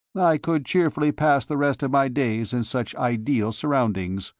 i could cheerfully pass the rest of my days in such ideal surroundings,